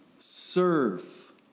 serve